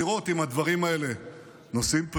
לראות אם הדברים האלה נושאים פרי.